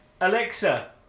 alexa